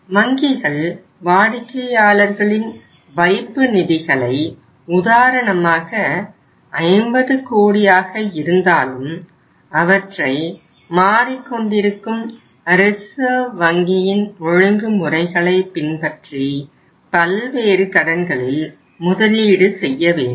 வங்கிகள் வாடிக்கையாளர்களின் வைப்பு நிதிகளை உதாரணமாக 50 கோடியாக இருந்தாலும் அவற்றை மாறிக்கொண்டிருக்கும் ரிசர்வ் வங்கியின் ஒழுங்குமுறைகளை பின்பற்றி பல்வேறு கடன்களில் முதலீடு செய்ய வேண்டும்